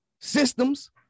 systems